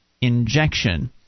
injection